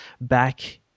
back